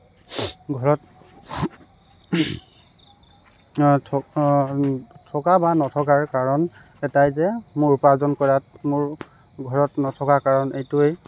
ঘৰত থকা থকা বা নথকাৰ কাৰণ এটাই যে মোৰ উপাৰ্জন কৰাত মোৰ ঘৰত নথকা কাৰণ এইটোৱেই